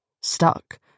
stuck